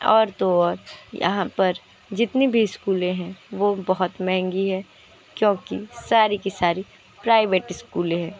और तो और यहाँ पर जितने भी स्कूलें हैं वो बहुत महँगी है क्योंकि सारी की सारी प्राइवेट स्कूलें है